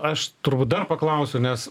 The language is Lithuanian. aš turbūt dar paklausiu nes